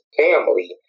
family